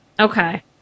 Okay